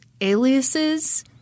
aliases